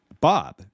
Bob